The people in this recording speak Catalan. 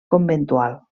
conventual